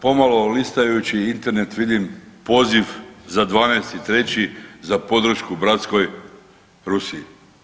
Pomalo listajući Internet vidim poziv za 12.3. za podršku bratskoj Rusiji.